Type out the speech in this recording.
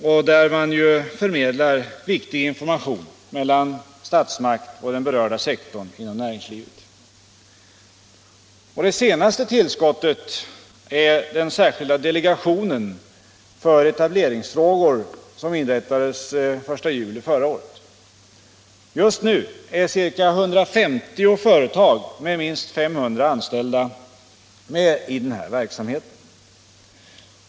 I dem förmedlas också mycken viktig information mellan statsmakt och den berörda sektorn inom näringslivet. Det senaste tillskottet är den särskilda delegationen för etableringsfrågor som inrättades av regeringen den 1 juli förra året. Just nu är ca 150 företag med minst 500 anställda med i den här verksamheten.